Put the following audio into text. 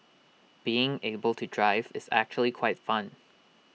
being able to drive is actually quite fun